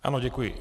Ano, děkuji.